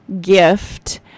gift